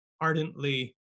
ardently